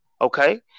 Okay